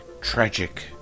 tragic